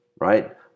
right